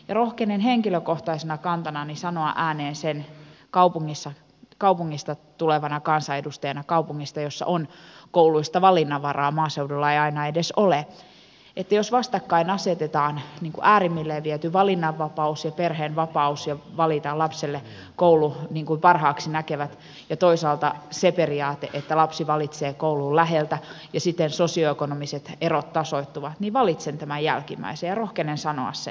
ja rohkenen henkilökohtaisena kantanani sanoa ääneen sen kaupungista tulevana kansanedustajana kaupungista jossa on kouluissa valinnanvaraa maaseudulla ei aina edes ole että jos vastakkain asetetaan äärimmilleen viety valinnanvapaus ja perheen vapaus valita lapselle koulu niin kuin parhaaksi näkevät ja toisaalta se periaate että lapsi valitsee koulun läheltä ja siten sosio ekonomiset erot tasoittuvat niin valitsen tämän jälkimmäisen ja rohkenen sanoa sen ääneen